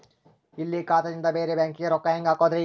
ಇಲ್ಲಿ ಖಾತಾದಿಂದ ಬೇರೆ ಬ್ಯಾಂಕಿಗೆ ರೊಕ್ಕ ಹೆಂಗ್ ಹಾಕೋದ್ರಿ?